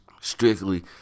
strictly